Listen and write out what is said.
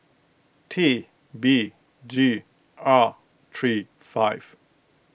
T B G R three five